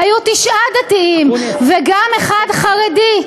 היו תשעה דתיים וגם אחד חרדי.